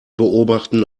beobachten